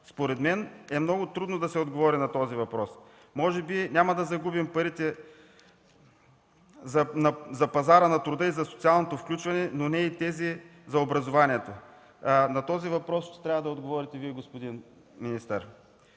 Според мен е много трудно да се отговори на този въпрос. Може би няма да загубим парите за пазара на труда и за социалното включване, но и тези за образованието. На този въпрос трябва да отговорите Вие, господин министър.